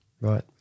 Right